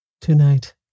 Tonight